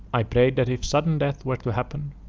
i prayed that if sudden death were to happen,